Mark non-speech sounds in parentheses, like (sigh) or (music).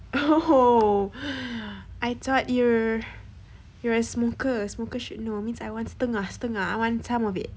oh (laughs) (breath) I thought you're you're a smoker smoker should know means I want steng ah steng ah I want some of it